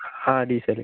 ആ ഡീസൽ